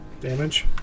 Damage